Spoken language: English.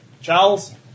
Charles